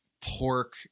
pork